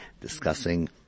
discussing